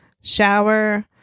shower